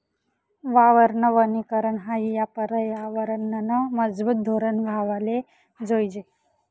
वावरनं वनीकरन हायी या परयावरनंनं मजबूत धोरन व्हवाले जोयजे